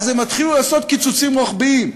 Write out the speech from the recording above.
ואז הם התחילו לעשות קיצוצים רוחביים.